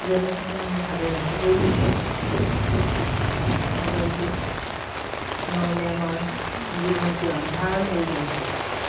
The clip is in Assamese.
যেনে তেনে আমি ভালে ৰাখিবই লাগিব মোবাইলটো নহ'লে আমাৰ জীৱনটো আন্ধাৰ হৈ যায়